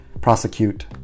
prosecute